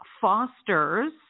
fosters